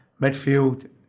midfield